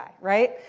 right